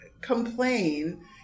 complain